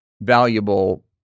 valuable